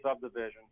subdivision